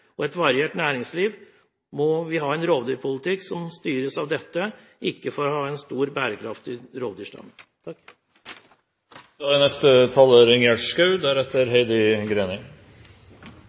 og et variert næringsliv, må vi ha en rovdyrpolitikk som styres av dette, ikke av det å ha en stor, bærekraftig rovdyrstamme. Jeg er